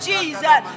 Jesus